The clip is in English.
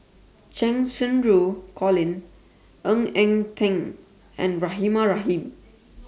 Cheng Xinru Colin Ng Eng Teng and Rahimah Rahim